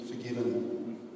forgiven